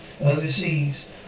overseas